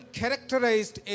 characterized